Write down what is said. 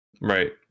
Right